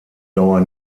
dauer